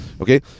Okay